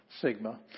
Sigma